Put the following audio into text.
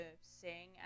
sing